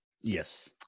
Yes